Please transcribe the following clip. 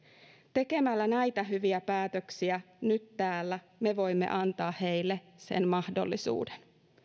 tekemällä näitä hyviä päätöksiä nyt täällä me voimme antaa heille sen mahdollisuuden